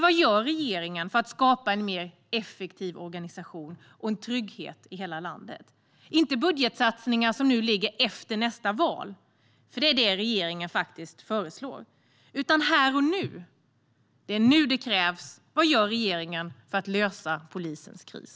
Vad gör då regeringen för att skapa en effektivare organisation och en trygghet i hela landet? Det som regeringen faktiskt föreslår är budgetsatsningar som ligger efter nästa val, men det som krävs är satsningar här och nu. Vad gör regeringen för att lösa polisens kris?